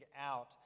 out